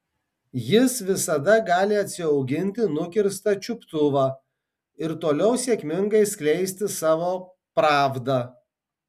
jis visada gali atsiauginti nukirstą čiuptuvą ir toliau sėkmingai skleisti savo pravdą